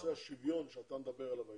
נושא השוויון שאתה מדבר עליו היום.